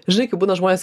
žinai kai būna žmonės